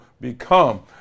become